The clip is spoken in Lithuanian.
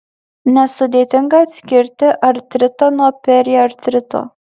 nesudėtinga atskirti artritą nuo periartrito